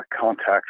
contacts